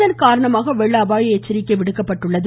இதன்காரணமாக வெள்ள அபாய எச்சரிக்கை விடுக்கப்பட்டுள்ளது